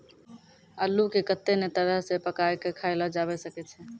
अल्लू के कत्ते नै तरह से पकाय कय खायलो जावै सकै छै